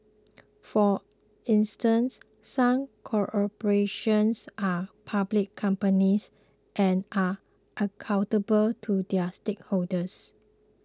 for instance some corporations are public companies and are accountable to their shareholders